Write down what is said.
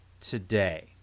today